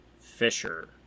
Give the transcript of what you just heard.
Fisher